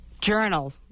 Journal